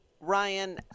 Ryan